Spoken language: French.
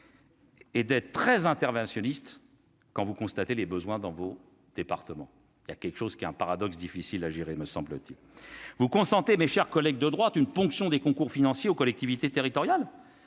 Et d'être très interventionniste quand vous constatez les besoins dans vos départements, il y a quelque chose qui est un paradoxe difficile à gérer, me semble-t-il, vous consentez mes chers collègues de droite une ponction des concours financiers aux collectivités territoriales